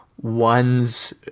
ones